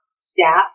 staff